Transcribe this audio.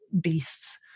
beasts